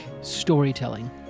storytelling